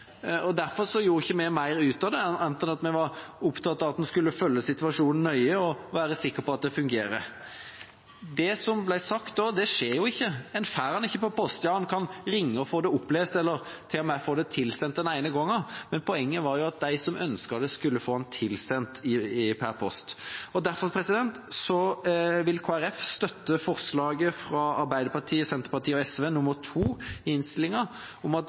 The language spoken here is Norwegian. Derfor gjorde vi ikke mer ut av det, annet enn at vi var opptatt av at en skulle følge situasjonen nøye og være sikker på at det fungerer. Det som da ble sagt, skjer jo ikke, en får det ikke per post. Ja, en kan ringe og få det opplest eller til og med få det tilsendt den ene gangen, men poenget var jo at de som ønsket det, skulle få det tilsendt per post. Derfor vil Kristelig Folkeparti støtte forslaget fra Arbeiderpartiet, Senterpartiet og SV, forslag nr. 2 i innstillingen, om at de